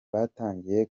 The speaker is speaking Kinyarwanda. batangiye